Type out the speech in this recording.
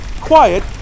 quiet